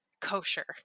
kosher